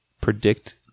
predict